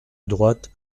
droite